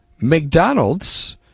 McDonald's